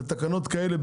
לתקנות כאלה,